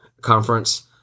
conference